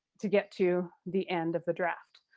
to get to the end of the draft.